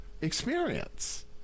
experience